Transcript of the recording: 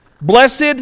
Blessed